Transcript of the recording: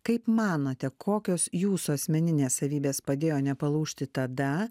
kaip manote kokios jūsų asmeninės savybės padėjo nepalūžti tada